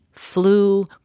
flu